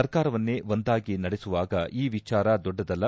ಸರ್ಕಾರವನ್ನೇ ಒಂದಾಗಿ ನಡೆಸುವಾಗ ಈ ವಿಚಾರ ದೊಡ್ಡದಲ್ಲ